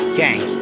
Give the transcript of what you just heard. gang